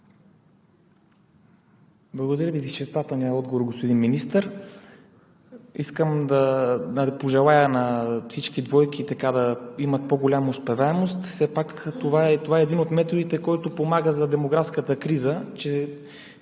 Благодаря Ви за изчерпателния отговор, господин Министър. Искам да пожелая на всички двойки да имат по-голяма успеваемост. Все пак това е един от методите, който помага за демографската криза.